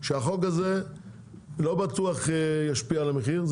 שהחוק הזה לא ישפיע על המחיר,